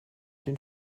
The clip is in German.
den